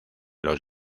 los